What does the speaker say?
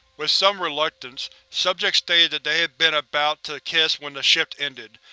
with some reluctance, subject stated that they had been about to kiss when the shift ended.